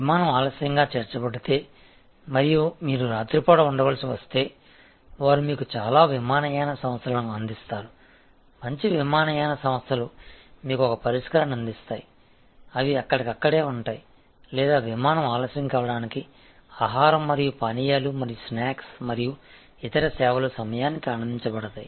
విమానం ఆలస్యంగా చేర్చబడితే మరియు మీరు రాత్రిపూట ఉండవలసి వస్తే వారు మీకు చాలా విమానయాన సంస్థలను అందిస్తారు మంచి విమానయాన సంస్థలు మీకు ఒక పరిష్కారాన్ని అందిస్తాయి అవి అక్కడికక్కడే ఉంటాయి లేదా విమానం ఆలస్యం కావడానికి ఆహారం మరియు పానీయాలు మరియు స్నాక్స్ మరియు ఇతర సేవలు సమయానికి అందించబడతాయి